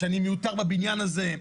שאני מיותר בבניין הזה?